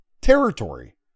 territory